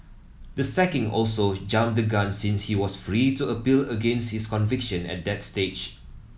the sacking also jumped the gun since he was free to appeal against his conviction at that stage